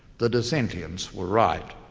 the dissentients were right.